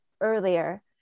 earlier